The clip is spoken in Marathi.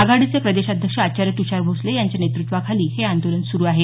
आघाडीचे प्रदेशाध्यक्ष आचार्य तृषार भोसले यांच्या नेतृत्वाखाली हे आंदोलन सुरु आहे